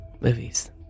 movies